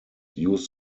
use